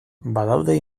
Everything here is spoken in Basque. badaude